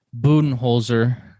Budenholzer